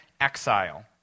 exile